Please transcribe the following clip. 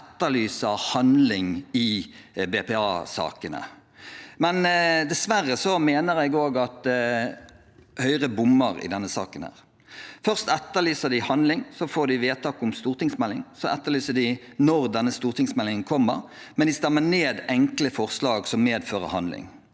som etterlyser handling i BPA-sakene. Men dessverre mener jeg også at Høyre bommer i denne saken. Først etterlyser de handling, så får de vedtak om stortingsmelding, og så spør de når denne stortingsmeldingen kommer, men de stemmer ned enkle forslag som medfører handling.